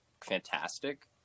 fantastic